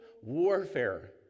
warfare